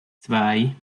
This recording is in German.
zwei